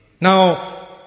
Now